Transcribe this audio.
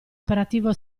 operativo